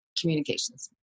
communications